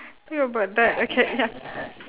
feel about that okay ya